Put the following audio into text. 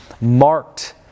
marked